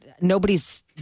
nobody's